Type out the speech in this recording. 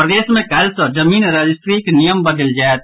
प्रदेश मे काल्हि सॅ जमीन रजिस्ट्रीक नियम बदलि जायत